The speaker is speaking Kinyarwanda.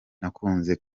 nakunze